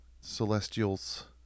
Celestials